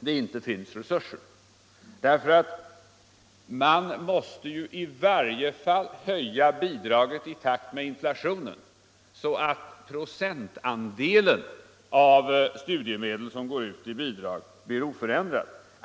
det inte finns resurser. Men man måste ju i varje fall höja bidraget i takt med inflationen, så att procentandelen av studiemedel som går ut till bidrag blir oförändrad.